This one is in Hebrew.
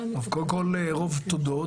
קודם כול, רוב תודות.